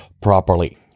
properly